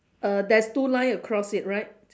err there's two line across it right